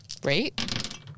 Great